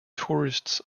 tourists